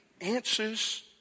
answers